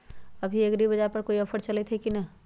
अभी एग्रीबाजार पर कोई ऑफर चलतई हई की न?